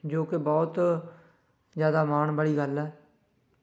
ਜੋ ਕਿ ਬਹੁਤ ਜ਼ਿਆਦਾ ਮਾਣ ਵਾਲੀ ਗੱਲ ਹੈ